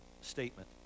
statement